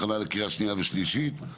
הכנה לקריאה שנייה ושלישית.